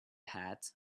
hat